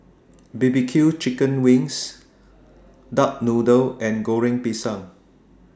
B B Q Chicken Wings Duck Noodle and Goreng Pisang